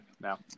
now